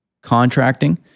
Contracting